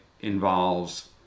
involves